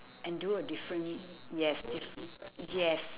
and do a different yes diff~ yes